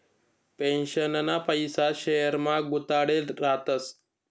पेन्शनना पैसा शेयरमा गुताडेल रातस